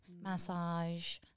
massage